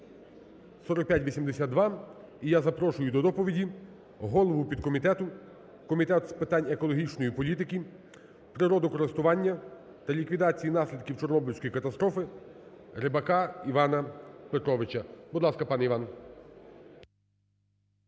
4582, і я запрошую до доповіді голову підкомітету Комітету з питань екологічної політики, природокористування та ліквідації наслідків Чорнобильської катастрофи Рибака Івана Петровича. Будь ласка, пане Іван.